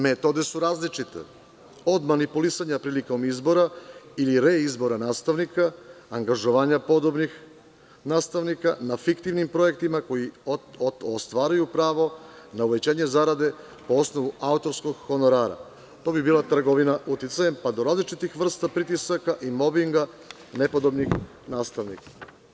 Metode su različite, od manipulisanja prilikom izbora ili reizbora nastavnika, angažovanja podobnih nastavnika na fiktivnim projektima koji ostvaruju pravo na uvećanje zarade po osnovu autorskog honorara, to bi bila trgovina uticajem, pa do različitih vrsta pritisaka i mobinga nepodobnih nastavnika.